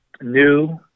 new